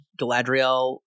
Galadriel